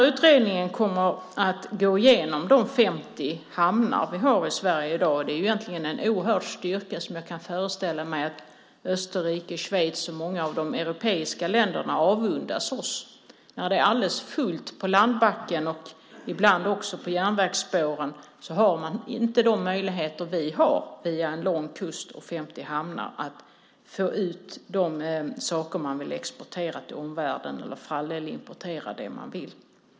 Utredningen kommer att gå igenom de 50 hamnar vi har i Sverige i dag. De är egentligen en oerhörd styrka som jag kan föreställa mig att Österrike, Schweiz och många av de europeiska länderna avundas oss. När det är alldeles fullt på landbacken och ibland också på järnvägsspåren har man där inte de möjligheter som vi har att via en lång kust och 50 hamnar få ut de saker man vill exportera till omvärlden eller, för den delen, importera det man vill.